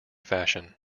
fashion